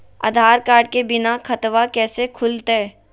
आधार card के बिना खाताबा कैसे खुल तय?